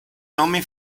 nomi